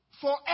forever